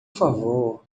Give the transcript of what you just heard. favor